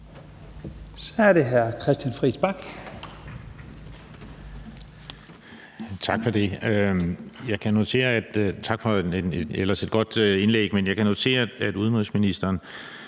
Så er det hr. Christian Friis Bach